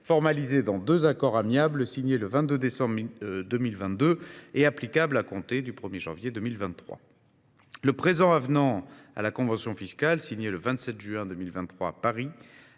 formalisées dans deux accords amiables signés le 22 décembre 2022 et applicables à compter du 1 janvier 2023. Le présent avenant, signé le 27 juin 2023 à Paris,